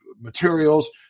materials